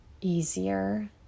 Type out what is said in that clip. easier